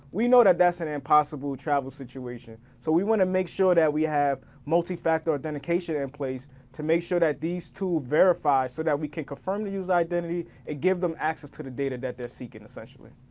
we know that that's an impossible travel situation. so we wanna make sure that we have multi-factor authentication in place to make sure that these two verify so that we can confirm the user identity and give them access to the data that they're seeking, essentially.